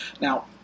Now